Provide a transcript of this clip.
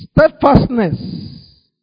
Steadfastness